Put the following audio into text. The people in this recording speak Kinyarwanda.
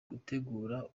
gutegura